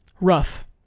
rough